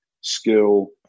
skill